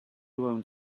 owns